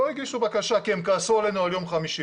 הם לא הגישו בקשה כי הם כעסו עלינו על יום חמישי.